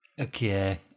Okay